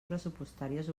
pressupostàries